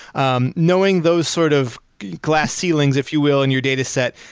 um knowing those sort of glass ceilings, if you will, in your data set,